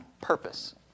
purpose